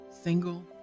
single